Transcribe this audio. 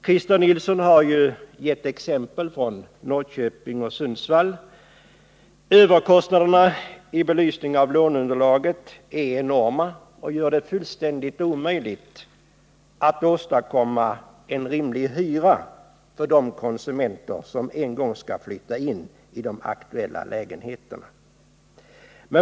Christer Nilsson har givit exempel från Norrköping och Sundsvall. Överkostnaderna är enorma i förhållande till låneunderlaget. Det gör det fullständigt omöjligt att åstadkomma en rimlig hyra för de konsumenter som en gång skall flytta in i de aktuella lägenheterna.